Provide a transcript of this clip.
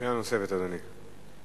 שאלה נוספת, אדוני.